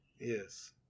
Yes